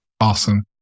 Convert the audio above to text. Awesome